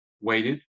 waited